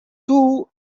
too